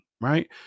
Right